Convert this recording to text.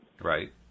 right